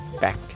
back